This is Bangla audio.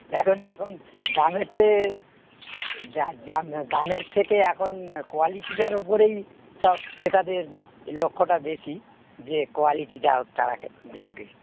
দেখুন এখন দামের চেয়ে দা দাম দামের থেকে এখন কোয়ালিটিটার ওপরেই সব ক্রেতাদের লক্ষ্যটা বেশি যে কোয়ালিটিটাও তারা কে দেখবে